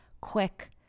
quick